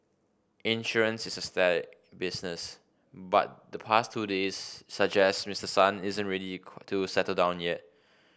insurance is a staid business but the past two days suggest Mister Son isn't ready to settle down yet